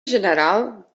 general